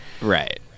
Right